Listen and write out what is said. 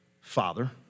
Father